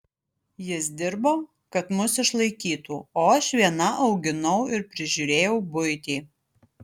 jis dirbo kad mus išlaikytų o aš viena auginau ir prižiūrėjau buitį